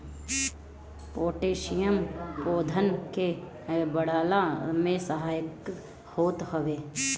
potassium पौधन के बढ़ला में सहायक होत हवे